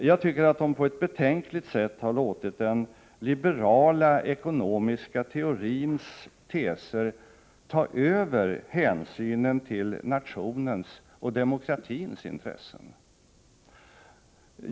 Jag tycker att man där på ett betänkligt sätt har låtit den liberala ekonomiska teorins teser gå före hänsynen till nationens och demokratins intressen.